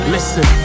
Listen